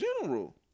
general